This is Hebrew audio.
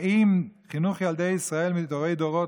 האם חינוך ילדי ישראל מדורי-דורות,